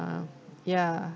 ya